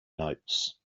notes